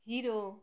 hero